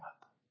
up